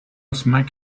smack